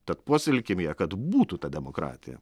tad puoselėkim ją kad būtų ta demokratija